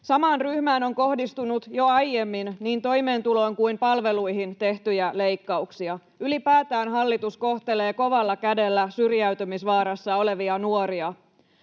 Samaan ryhmään on kohdistunut jo aiemmin niin toimeentuloon kuin palveluihin tehtyjä leikkauksia. Ylipäätään hallitus kohtelee kovalla kädellä syrjäytymisvaarassa olevia nuoria,